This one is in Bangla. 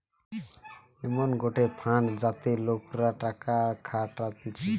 এমন গটে ফান্ড যাতে লোকরা টাকা খাটাতিছে